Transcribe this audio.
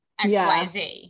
XYZ